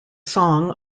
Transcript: song